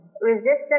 resistance